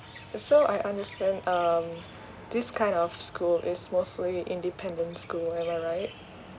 yes so I understand um this kind of school is mostly independent school am I right